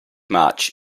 march